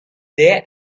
there